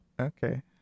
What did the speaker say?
Okay